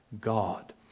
God